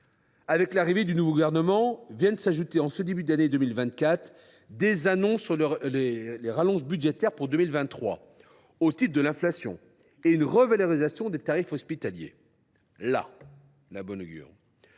Avec l’arrivée du nouveau gouvernement viennent s’ajouter en ce début d’année 2024 des annonces sur des rallonges budgétaires pour 2023, au titre de l’inflation, et une revalorisation des tarifs hospitaliers. Las ! Nous aurions